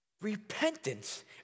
Repentance